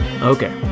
Okay